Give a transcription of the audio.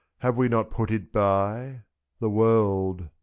have we not put it by a the world!